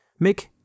Mick